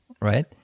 Right